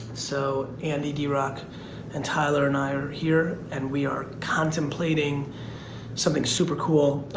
so andy, d rock and tyler and i are here, and we are contemplating something super cool.